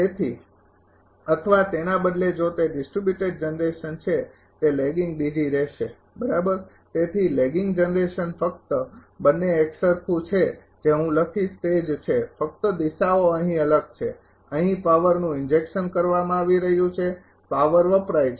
તેથી અથવા તેના બદલે જો તે ડિસ્ટ્રિબ્યુટેડ જનરેશન છે તે લેગિંગ રહેશે બરાબર તેથી લેગિંગ જનરેશન ફકત બંને એકસરખુ છે જે હું લખીશ તે જ છે ફક્ત દિશાઓ અહીં અલગ છે અહીં પાવરનું ઇન્જેક્શન કરવામાં આવી રહ્યું છે પાવર વપરાય છે